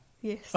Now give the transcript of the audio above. Yes